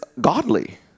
godly